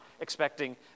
expecting